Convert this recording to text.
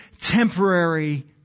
temporary